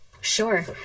sure